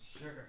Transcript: Sure